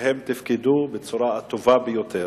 והם תפקדו בצורה הטובה ביותר,